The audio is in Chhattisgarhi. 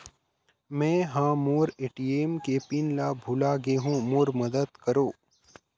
मै ह मोर ए.टी.एम के पिन ला भुला गे हों मोर मदद करौ